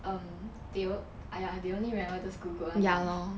um they will !aiya! they only remember those good good [one] lah